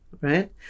right